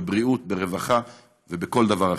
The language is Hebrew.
בבריאות, ברווחה ובכל דבר אחר.